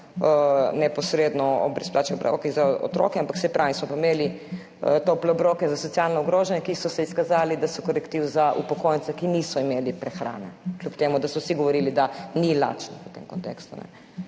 neposredno o brezplačnih obrokih za otroke, ampak saj pravim, smo pa imeli tople obroke za socialno ogrožene, ki so se izkazali, da so korektiv za upokojence, ki niso imeli prehrane, kljub temu da so vsi govorili, da ni lačnih v tem kontekstu.